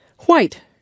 White